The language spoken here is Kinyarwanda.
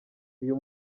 uyu